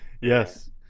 Yes